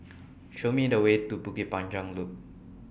Show Me The Way to Bukit Panjang Loop